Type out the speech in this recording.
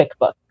QuickBooks